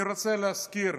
אני רוצה להזכיר,